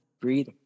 breathe